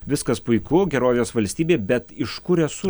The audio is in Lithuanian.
viskas puiku gerovės valstybė bet iš kur esu